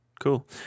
cool